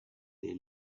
they